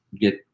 get